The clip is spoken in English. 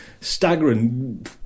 staggering